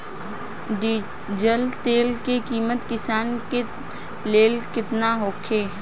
Diesel तेल के किमत किसान के लेल केतना होखे?